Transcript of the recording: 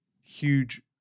huge